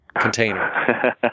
container